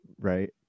right